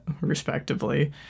respectively